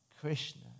Krishna